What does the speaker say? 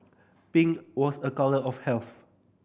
pink was a colour of health